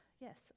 yes